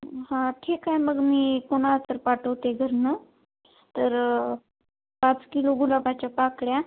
हा ठीक आहे मग मी कोणाला तर पाठवते घरनं तर पाच किलो गुलाबाच्या पाकळ्या